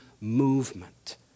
movement